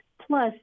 plus